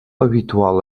habitual